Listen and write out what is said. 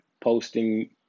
posting